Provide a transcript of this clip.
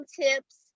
tips